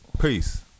Peace